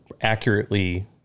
accurately